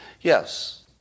Yes